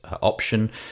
option